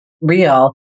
real